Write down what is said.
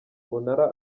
munara